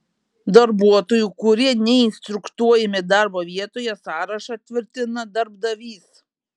darbuotojų kurie neinstruktuojami darbo vietoje sąrašą tvirtina darbdavys